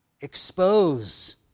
Expose